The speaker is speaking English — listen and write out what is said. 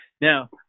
Now